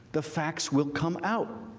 the facts will come out,